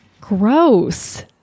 Gross